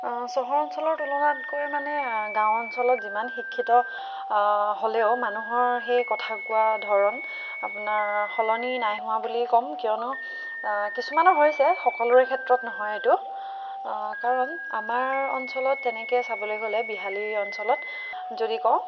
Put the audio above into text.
চহৰ অঞ্চলৰ তুলনাতকৈ মানে গাঁও অঞ্চলত যিমান শিক্ষিত হ'লেও মানুহৰ সেই কথা কোৱাৰ ধৰণ আপোনাৰ সলনি নাই হোৱা বুলি ক'ম কিয়নো কিছুমানৰ হৈছে সকলোৰে ক্ষেত্ৰত নহয় এইটো কাৰণ আমাৰ অঞ্চলত তেনেকে চাবলৈ গ'লে বিহালী অঞ্চলত যদি কওঁ